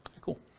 Cool